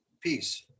peace